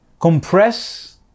compress